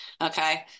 Okay